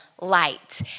light